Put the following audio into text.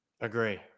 Agree